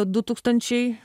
du tūkstančiai